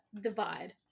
divide